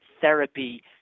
therapy